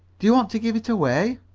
do you want to give it away?